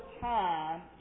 time